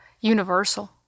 universal